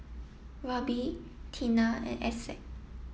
Roby Teena and Essex